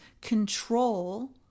control